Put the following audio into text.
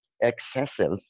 excessive